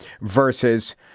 versus